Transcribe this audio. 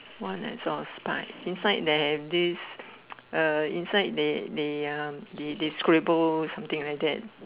one is all spike inside they have this uh inside they they uh they scribble something like that